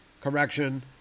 Correction